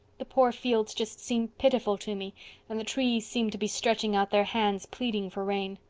the poor fields just seem pitiful to me and the trees seem to be stretching out their hands pleading for rain.